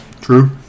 True